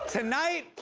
tonight,